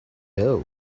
doe